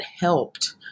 helped